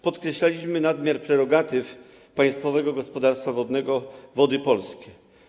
Podkreślaliśmy nadmiar prerogatyw Państwowego Gospodarstwa Wodnego Wody Polskie.